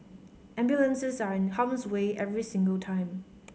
ambulances are in harm's way every single time